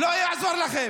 לא יעזור לכם.